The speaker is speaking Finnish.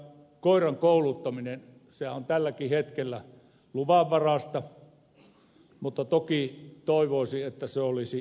koiran kouluttaminen on tälläkin hetkellä luvanvaraista mutta toki toivoisi että se olisi joustavaa